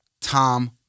Tom